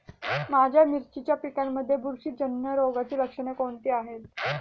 माझ्या मिरचीच्या पिकांमध्ये बुरशीजन्य रोगाची लक्षणे कोणती आहेत?